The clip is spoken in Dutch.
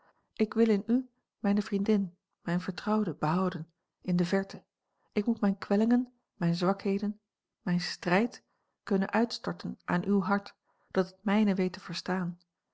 ik wil in u mijne vrienden mijne vertrouwde behouden in de verte ik moet mijne kwellingen mijne zwakheden mijn strijd kunnen uitstorten aan uw hart dat het mijne weet te verstaan